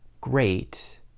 great